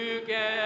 together